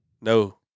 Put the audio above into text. No